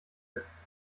ist